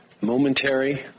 momentary